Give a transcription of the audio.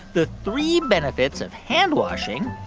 the three benefits of handwashing.